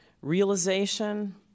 realization